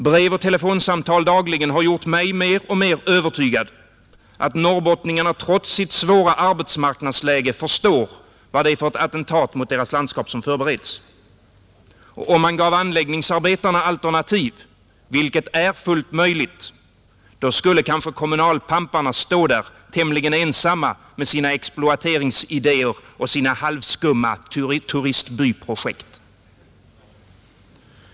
Brev och telefonsamtal dagligen har gjort mig mer och mer övertygad att norrbottningarna trots sitt svåra arbetsmarknadsläge förstår vad det är för ett attentat mot deras landskap som förbereds, Och om man gav anläggningsarbetarna alternativ — vilket är fullt möjligt — då skulle kanske kommunalpamparna stå där tämligen ensamma med sina exploateringsidéer och halvskumma turistbyprojekt.